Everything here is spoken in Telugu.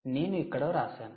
నేను ఇక్కడ వ్రాశాను